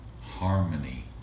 harmony